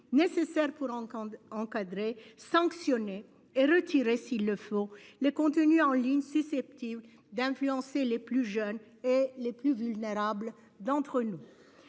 nécessaires pour. Encadrer sanctionnés et retirer s'ils le font les contenus en ligne susceptibles d'influencer les plus jeunes et les plus vulnérables d'entre nous.